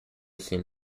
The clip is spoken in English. seen